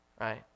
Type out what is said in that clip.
right